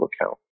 account